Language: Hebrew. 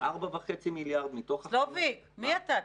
מי אתה.